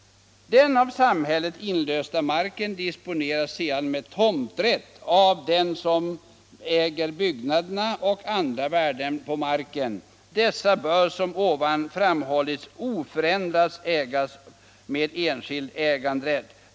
Den av samhället inlösta marken disponeras sedan med tomträtt av den som äger byggnaderna och andra värden på marken — dessa bör som ovan framhållits oförändrat ägas med enskild äganderätt.